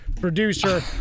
producer